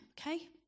okay